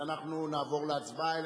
ואנחנו נעבור להצבעה,